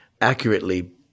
accurately